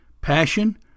passion